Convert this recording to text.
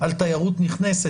על תיירות נכנסת.